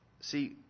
See